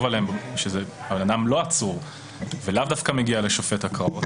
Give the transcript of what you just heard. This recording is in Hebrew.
עליהן כאשר בן אדם לא עצור ולאו דווקא מגיע לשופט הקראות,